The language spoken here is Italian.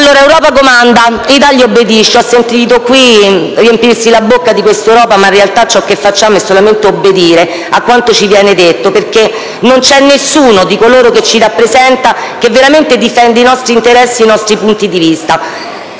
Allora, Europa comanda e Italia ubbidisce. Ho sentito qui riempirsi la bocca di questa Europa, ma in realtà ciò che facciamo è solamente obbedire a quanto ci viene detto, perché non c'è nessuno di coloro che ci rappresenta che veramente difende i nostri interessi e i nostri punti di vista.